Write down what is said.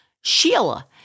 Sheila